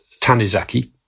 Tanizaki